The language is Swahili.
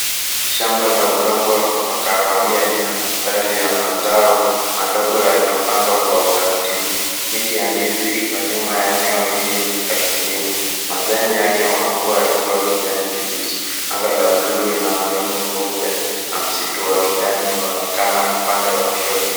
Shamba la udongo wa kahawia lina mistari ya mazao madogo yaliyopangwa kwa utaratibu. Miti ya ndizi iko nyuma ya eneo hili la kilimo. Majani yake makubwa yakiwa kijani kibichi. Anga la buluu lina mawingu meupe na msitu wa kijani unaonekana upande wa kushoto.